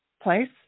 place